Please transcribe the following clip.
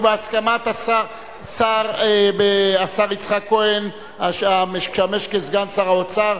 ובהסכמת השר יצחק כהן המשמש כסגן שר האוצר,